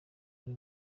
ari